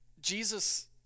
Jesus